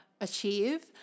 achieve